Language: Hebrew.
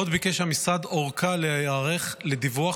עוד ביקש המשרד ארכה להיערך לדיווח